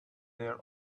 there